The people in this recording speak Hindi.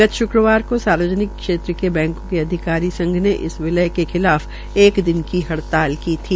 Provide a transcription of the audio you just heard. गत श्क्रवार को सार्वजनिक क्षेत्र के बैंकों के अधिकारी संघ ने इस विलय के खिलाफ एक दिन की हड़ताल की थी